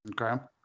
Okay